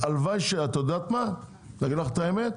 את יודעת מה, להגיד לך את האמת?